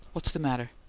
what's the matter?